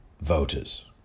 voters